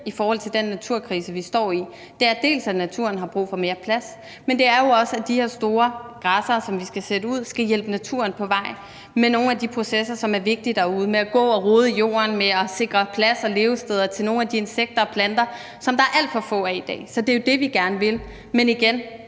siger om den naturkrise, vi står i, er, at naturen har brug for mere plads, men det er jo også, at de her store græssere, som vi skal sætte ud, skal hjælpe naturen på vej med nogle af de processer, som er vigtige derude, ved at gå og rode i jorden og med at sikre plads og levesteder til nogle af de insekter og planter, som der er alt for få af i dag. Så det er jo det, vi gerne vil. Men igen